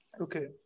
Okay